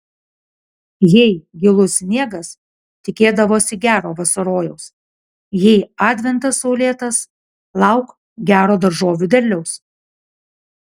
jei gilus sniegas tikėdavosi gero vasarojaus jei adventas saulėtas lauk gero daržovių derliaus